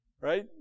right